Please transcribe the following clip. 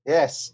Yes